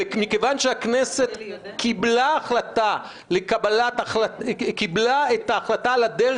ומכיוון שהכנסת קיבלה את ההחלטה על הדרך